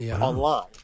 online